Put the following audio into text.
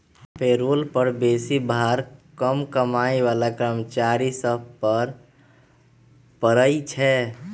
payroll कर बेशी भार कम कमाइ बला कर्मचारि सभ पर पड़इ छै